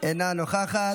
אינה נוכחת,